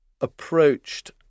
approached